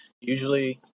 usually